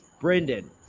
Brendan